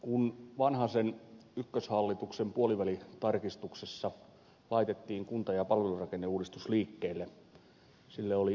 kun vanhasen ykköshallituksen puolivälitarkistuksessa laitettiin kunta ja palvelurakenneuudistus liikkeelle sille oli hyvät perustelut